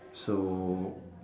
so